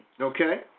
Okay